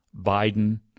biden